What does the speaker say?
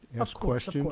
ask questions. you know of